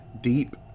deep